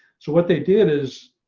so what they did is,